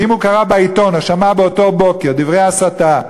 ואם הוא קרא בעיתון או שמע באותו בוקר דברי הסתה,